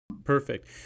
Perfect